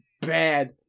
bad